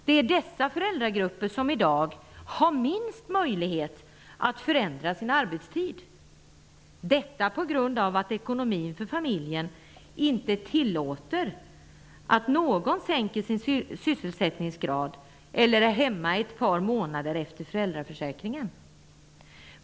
Det är dessa föräldragrupper som i dag har minst möjlighet att förändra sin arbetstid -- detta på grund av att ekonomin för familjen inte tillåter att någon sänker sin sysselsättningsgrad eller är hemma ett par månader efter föräldraförsäkrignen.